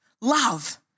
love